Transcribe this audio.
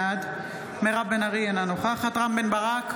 בעד מירב בן ארי, אינה נוכחת רם בן ברק,